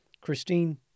Christine